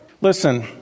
Listen